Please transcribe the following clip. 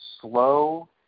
slow